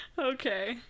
okay